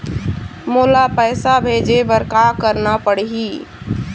मोला पैसा भेजे बर का करना पड़ही?